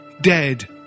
Dead